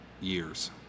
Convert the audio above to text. Years